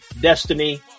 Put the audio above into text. Destiny